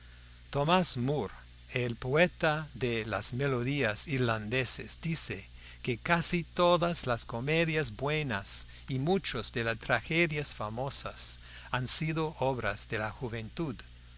tomás moore el poeta de las melodías irlandesas dice que casi todas las comedias buenas y muchas de las tragedias famosas han sido obras de la juventud